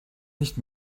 nicht